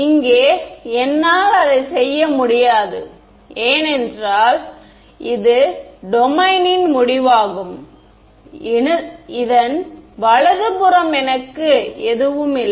இங்கே என்னால் அதைச் செய்ய முடியாது ஏனென்றால் இது டொமைனின் முடிவாகும் இதன் வலதுபுறம் எனக்கு எதுவும் இல்லை